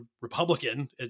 Republican